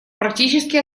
практически